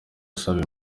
asaba